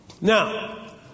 Now